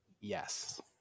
yes